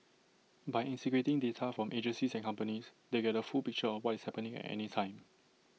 by integrating data from agencies and companies they get A full picture of what is happening at any time